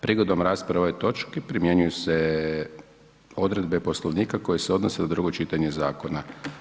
Prigodom rasprave o ovoj točki primjenjuju se odredbe Poslovnika koje se odnose na drugo čitanje zakona.